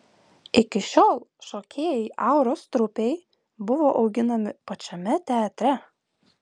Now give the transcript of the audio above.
iki šiol šokėjai auros trupei buvo auginami pačiame teatre